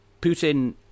Putin